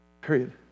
period